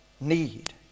need